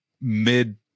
mid